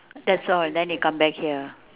that's all then you come back here